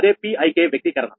అదే Pik వ్యక్తీకరణ